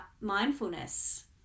mindfulness